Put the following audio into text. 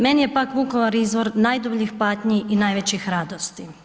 Meni je, pak, Vukovar izvor najdubljih patnji i najvećih radosti.